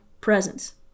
presence